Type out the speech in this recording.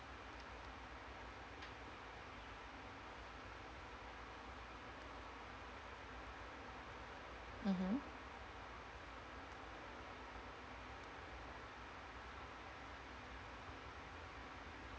mm